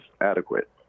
adequate